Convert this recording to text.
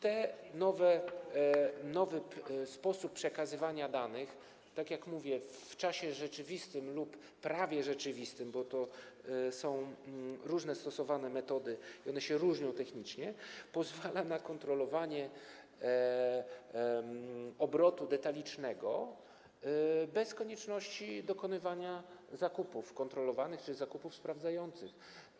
Ten nowy sposób przekazywania danych, tak jak mówię, w czasie rzeczywistym lub prawie rzeczywistym - różne metody są stosowane i one się różnią technicznie - pozwala na kontrolowanie obrotu detalicznego bez konieczności dokonywania zakupów kontrolowanych, czyli zakupów sprawdzających.